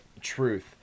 Truth